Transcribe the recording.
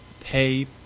pay